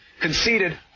conceded